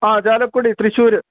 ആ ചാലക്കുടി തൃശ്ശൂർ